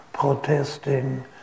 Protesting